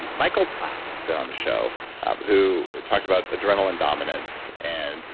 and michael platt's been on the show who talked about adrenaline dominance and